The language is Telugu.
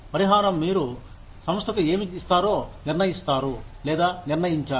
పరిహారం మీరు సంస్థకు ఏమి ఇస్తారో నిర్ణయించారు లేదా నిర్ణయించారు